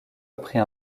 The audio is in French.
après